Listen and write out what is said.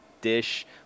dish